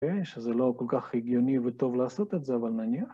שזה לא כל כך הגיוני וטוב לעשות את זה, אבל נניח.